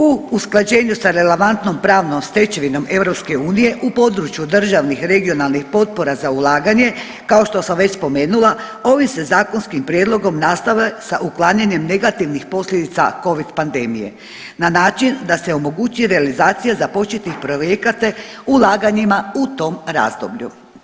U usklađenju sa relevantnom pravnom stečevinom EU u području državnih, regionalnih potpora za ulaganje kao što sam već spomenula ovim se zakonskim prijedlogom nastavlja sa uklanjanjem negativnih posljedica Covid pandemije na način da se omogući realizacija započetih projekata ulaganjima u tom razdoblju.